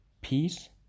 peace